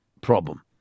problem